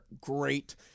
great